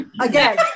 again